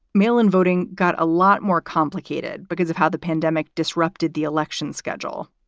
mail in voting got a lot more complicated because of how the pandemic disrupted the election schedule.